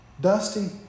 Dusty